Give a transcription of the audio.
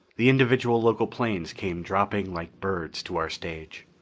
the individual local planes came dropping like birds to our stage.